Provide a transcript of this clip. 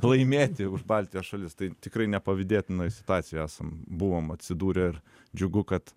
laimėti už baltijos šalis tai tikrai nepavydėtinoj situacijoj esam buvom atsidūrę ir džiugu kad